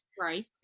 Right